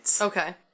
Okay